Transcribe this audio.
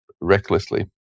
recklessly